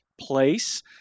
place